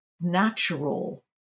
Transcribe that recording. natural